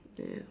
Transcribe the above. yup